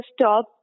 stop